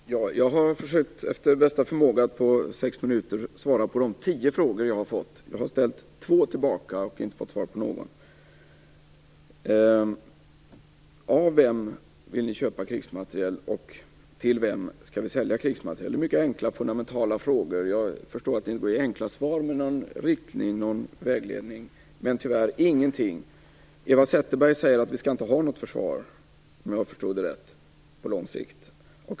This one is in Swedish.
Herr talman! Jag har försökt att efter bästa förmåga på sex minuter besvara de tio frågor jag fick. Jag har ställt två tillbaka men inte fått svar på någon. Av vem vill ni köpa krigsmateriel, och till vem skall vi sälja krigsmateriel? Det är mycket enkla fundamentala frågor. Jag förstår att man kan ge enkla svar med någon riktning och vägledning, men tyvärr ingenting! Eva Zetterberg säger att vi inte skall ha något försvar på lång sikt, om jag förstod henne rätt.